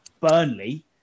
Burnley